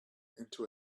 into